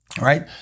right